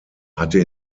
hatte